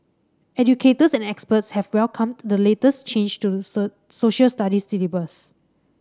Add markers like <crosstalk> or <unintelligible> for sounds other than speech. educators and experts have welcomed the latest change to <unintelligible> Social Studies syllabus